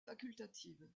facultative